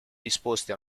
disposti